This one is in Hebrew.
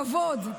כבוד.